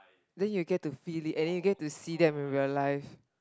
then you will get to feel it and then you will get to see them in real life